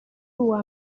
uwa